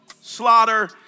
slaughter